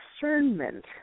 discernment